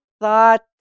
thought